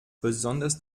besonders